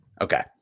Okay